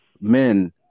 men